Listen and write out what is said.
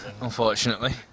Unfortunately